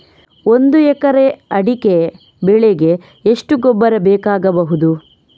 ಒಂದು ಎಕರೆ ಅಡಿಕೆ ಬೆಳೆಗೆ ಎಷ್ಟು ಗೊಬ್ಬರ ಬೇಕಾಗಬಹುದು?